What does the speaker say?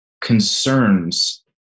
concerns